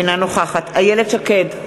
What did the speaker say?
אינה נוכחת איילת שקד,